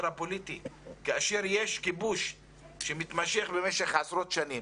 הפוליטי כאשר יש כיבוש שמתמשך במשך עשרות שנים,